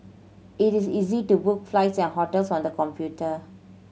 it is easy to book flights and hotels on the computer